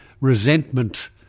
resentment